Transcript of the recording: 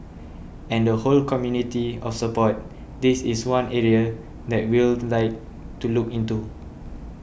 and the whole community of support this is one area that we'll like to look into